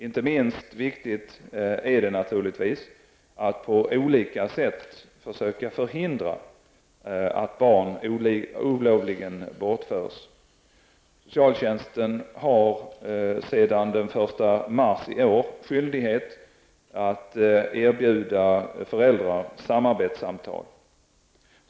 Inte minst viktigt är det naturligtvis att på olika sätt försöka förhindra att barn olovligen bortförs. Socialtjänsten har sedan den 1 mars i år skyldighet att erbjuda föräldrar samarbetssamtal.